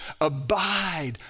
abide